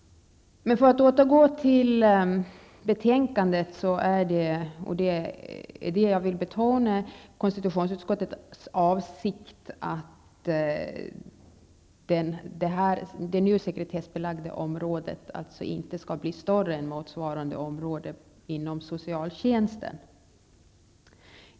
Jag vill betona att det är konstitutionsutskottets avsikt att det nu sekretessbelagda området inte skall bli större än motsvarande område inom socialtjänsten.